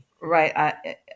Right